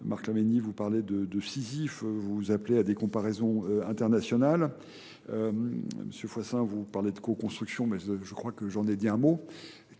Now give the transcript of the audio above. Marc Lamény, vous parlez de Sisyphe, vous vous appelez à des comparaisons internationales. M. Fossin, vous parlez de co-construction, mais je crois que j'en ai dit un mot.